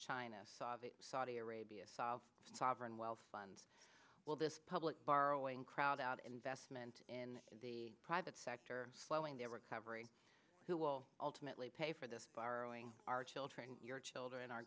china saudi arabia fall a sovereign wealth fund will this public borrowing crowd out investment in the private sector slowing the recovery who will ultimately pay for this borrowing our children your children o